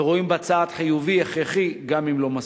ורואים בה צעד חיובי הכרחי, גם אם לא מספיק.